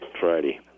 Friday